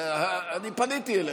פניתי אליך,